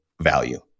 value